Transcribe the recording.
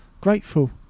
grateful